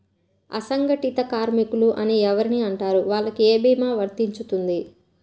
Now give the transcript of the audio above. అసంగటిత కార్మికులు అని ఎవరిని అంటారు? వాళ్లకు ఏ భీమా వర్తించుతుంది?